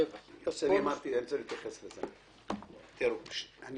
רווח --- אני